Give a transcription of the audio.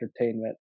entertainment